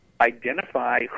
identify